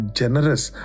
generous